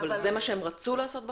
אבל זה מה שהם רצו לעשות בחוק?